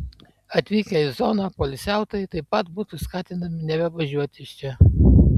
atvykę į zoną poilsiautojai taip pat būtų skatinami nebevažiuoti iš čia